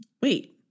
Wait